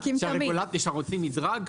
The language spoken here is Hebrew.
שאנחנו עושים מדרג,